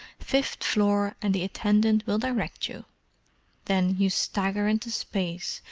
fifth floor and the attendant will direct you then you stagger into space,